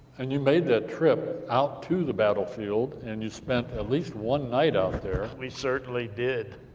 and you made that trip out to the battlefield, and you spent at least one night out there. we certainly did.